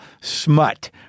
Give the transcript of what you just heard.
smut